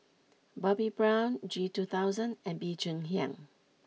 Bobbi Brown G two thousand and Bee Cheng Hiang